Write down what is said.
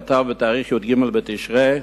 שכתב בי"ג בתשרי: